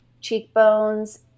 cheekbones